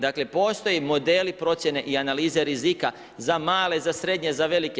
Dakle, postoji modeli, procjene i analize rizika, za male, za srednje, za velike.